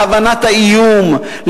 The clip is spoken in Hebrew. להבנת האיום,